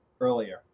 earlier